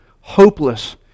hopeless